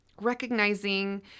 recognizing